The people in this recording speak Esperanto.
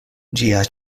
ĝia